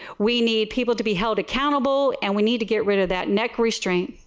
we need people to be held accountable. and we need to get rid of that neck restraint.